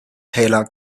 taylor